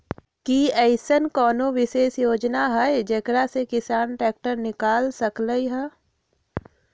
कि अईसन कोनो विशेष योजना हई जेकरा से किसान ट्रैक्टर निकाल सकलई ह?